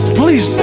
please